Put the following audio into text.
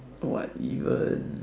what even